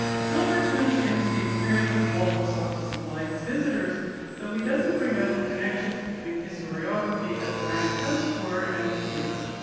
silver turns into the experiences walpole sought to supply his visitors though he doesn't bring out the connections between historiography as a grand house tour and the theater.